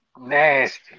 nasty